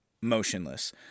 motionless